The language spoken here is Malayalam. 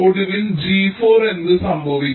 ഒടുവിൽ G4 എന്ത് സംഭവിക്കും